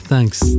Thanks